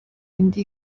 indi